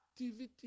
activity